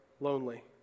lonely